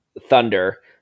Thunder